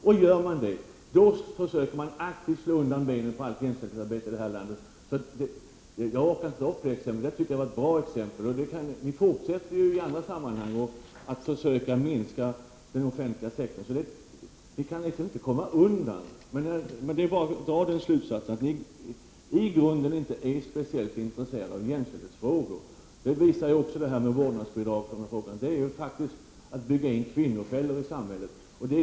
Om man gör det försöker man aktivt slå undan benen på allt jämställdhetsarbete i detta land. Ni moderater fortsätter i andra sammanhang att försöka minska den offentliga sektorn. Ni kan inte komma undan. Det är bara att dra den slutsatsen att ni i grunden inte är speciellt intresserade av jämställdhetsfrågor. Det visar också vårdnadsbidraget, som innebär att kvinnofällor byggs in i systemet.